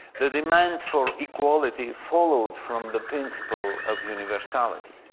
the demand for equality followed from the principle of universality,